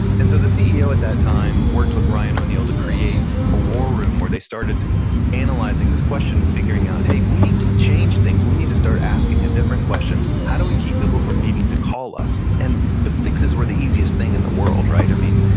and so the ceo at that time worked with ryan o'neill to create a war room where they started analyzing this question and figuring out, hey, we need to change things, we need to start asking a different question, how do we keep people from needing to call us? and the fixes were the easiest thing in the world, right? i mean,